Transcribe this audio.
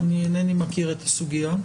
אני אינני מכיר את הסוגיה.